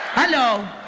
hello!